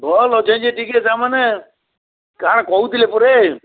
ଭଲ୍ ଅଛେ ଯେ ଟିକେ ତା'ର୍ ମାନେ କାଣା କହୁଥିଲେ ପରେ